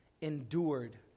endured